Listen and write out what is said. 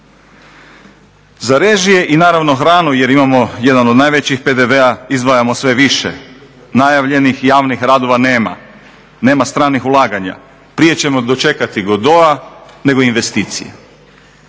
Za režije i naravno hranu jer imamo jedan od najvećih PDV-a izdvajamo sve više. Najavljenih javnih radova nema. Nema stranih ulaganja. Prije ćemo dočekati Godoa nego investicije.